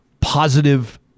positive